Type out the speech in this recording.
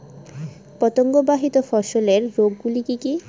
পতঙ্গবাহিত ফসলের রোগ গুলি কি কি?